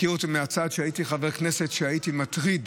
מכיר אותו מהצד שבו הייתי חבר כנסת, הייתי "מטריד"